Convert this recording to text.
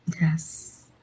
Yes